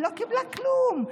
היא לא קיבלה כלום.